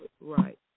Right